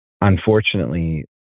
unfortunately